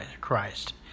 Christ